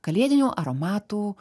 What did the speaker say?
kalėdinių aromatų